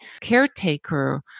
caretaker